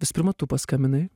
visų pirma tu paskambinai